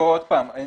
אין